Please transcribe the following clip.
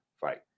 fight